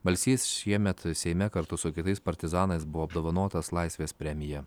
balsys šiemet seime kartu su kitais partizanais buvo apdovanotas laisvės premija